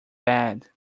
bad